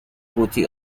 قوطی